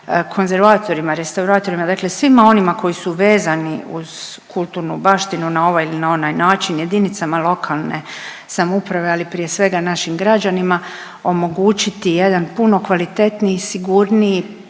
konzervatorima, restauratorima, dakle svima onima koji su vezani uz kulturnu baštinu na ovaj ili na onaj način, jedinicama lokalne samouprave, ali prije svega našim građanima omogućiti jedan puno kvalitetniji, sigurniji